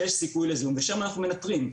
שיש סיכוי לזיהום ושם אנחנו מנטרים.